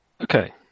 Okay